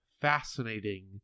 fascinating